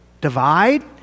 divide